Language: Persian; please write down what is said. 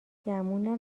گمونم